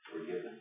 forgiven